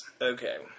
Okay